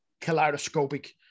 kaleidoscopic